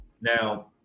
Now